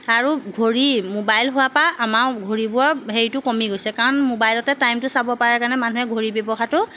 আৰু ঘড়ী মোবাইল হোৱাৰ পা আমাৰ ঘড়ীবোৰৰ হেৰিটো কমি গৈছে কাৰণ মোবাইলতে টাইমটো চাব পাৰে কাৰণে মানুহে ঘড়ী ব্যৱহাৰটো